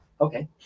okay